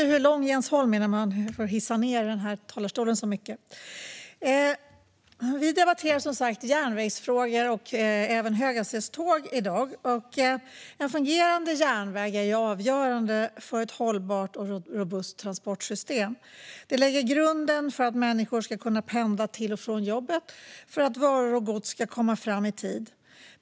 Herr talman! Vi debatterar järnvägsfrågor och även höghastighetståg i dag. En fungerande järnväg är avgörande för ett hållbart och robust transportsystem. Det lägger grunden för att människor ska kunna pendla till och från jobbet och för att varor och gods ska komma fram i tid.